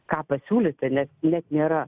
ką pasiūlyti net net nėra